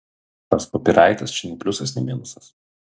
tas kopyraitas čia nei pliusas nei minusas